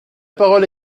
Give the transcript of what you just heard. parole